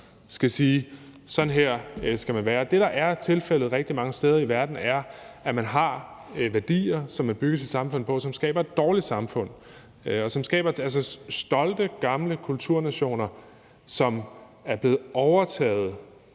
til Danmark: Sådan her skal man være. Det, der er tilfældet rigtig mange steder i verden, er, at man har nogle værdier, som man bygger sit samfund på, men som skaber et dårligt samfund. Altså, det er stolte, gamle kulturnationer, som er blevet overtaget